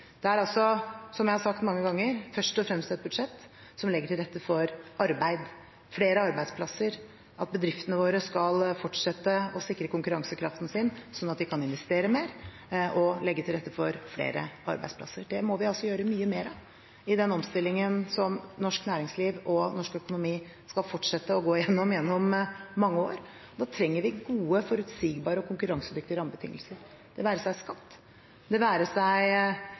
Det er, som jeg har sagt mange ganger, først og fremst et budsjett som legger til rette for arbeid, flere arbeidsplasser, at bedriftene våre skal fortsette å sikre konkurransekraften sin, slik at de kan investere mer og legge til rette for flere arbeidsplasser. Det må vi gjør mye mer av i den omstillingen som norsk næringsliv og norsk økonomi skal fortsette å gå igjennom gjennom mange år. Da trenger vi gode, forutsigbare og konkurransedyktige rammebetingelser – det være seg for skatt,